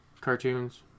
cartoons